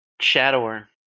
Shadower